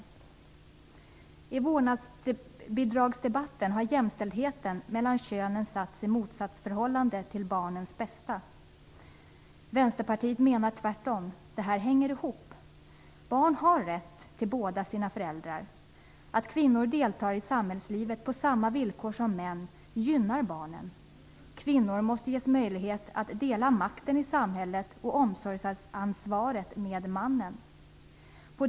I debatten om vårdnadsbidraget har jämställdheten mellan könen satts i ett motsatsförhållande till barnens bästa. Vänsterpartiet menar att det är tvärtom - detta hänger ihop. Barn har rätt till båda sina föräldrar. Att kvinnor deltar i samhällslivet på samma villkor som män gynnar barnen. Kvinnor måste ges en möjlighet att dela makten i samhället och omsorgsansvaret med mannen.